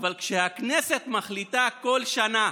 אבל כשהכנסת מחליטה כל שנה